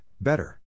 better